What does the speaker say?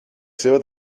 seua